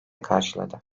karşıladı